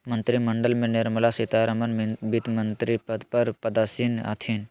मंत्रिमंडल में निर्मला सीतारमण वित्तमंत्री पद पर पदासीन हथिन